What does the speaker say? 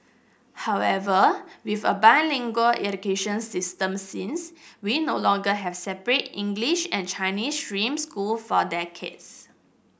however with a bilingual education system since we no longer have separate English and Chinese stream school for decades